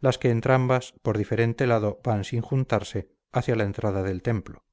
las que entrambas por diferente lado van sin juntarse hacia la entrada del templo